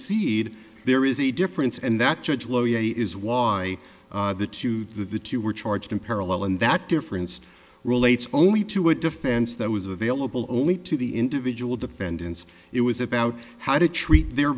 cede there is a difference and that judge lowey is why the two the two were charged in parallel and that difference relates only to a defense that was available only to the individual defendants it was about how to treat their